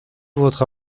votre